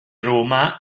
roma